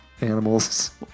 animals